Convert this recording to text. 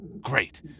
Great